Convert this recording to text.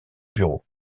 bureau